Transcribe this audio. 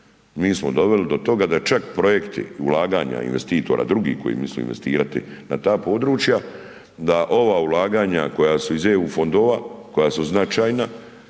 mi smo doveli do toga da čak projekti ulaganja investitora drugih koji misle investirati na ta područja, da ova ulaganja koja su iz EU fondova, koja su značajna